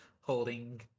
holding